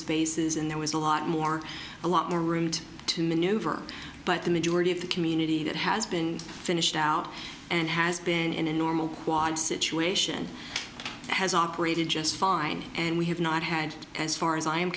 spaces and there was a lot more a lot more room to maneuver but the majority of the community that has been finished out and has been in a normal quad situation has operated just fine and we have not had as far as i